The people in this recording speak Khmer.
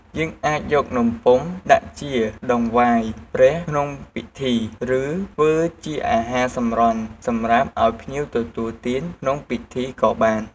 យើងអាចយកនំពុម្ពដាក់ជាដង្វាយព្រះក្នុងពិធី ឬ ធ្វើជាអាហារសម្រន់សម្រាប់ឱ្យភ្ញៀវទទួលទានក្នុងពិធីក៏បាន។